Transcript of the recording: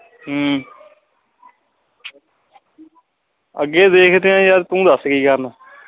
ਅੱਗੇ ਦੇਖਦੇ ਹਾਂ ਯਾਰ ਤੂੰ ਦੱਸ ਕੀ ਕਰਨਾ